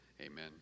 amen